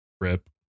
Rip